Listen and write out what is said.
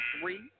three